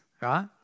right